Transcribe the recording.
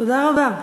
תודה רבה.